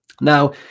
now